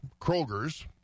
Kroger's